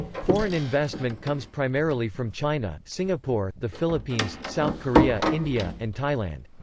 foreign investment comes primarily from china, singapore, the philippines, south korea, india, and thailand.